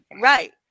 Right